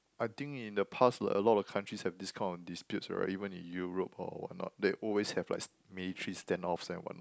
I think in the past like a lot of countries have this kind of disputes already when in Europe or what not they always have like military stand offs and what not